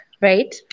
right